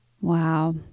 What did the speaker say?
wow